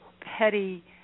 petty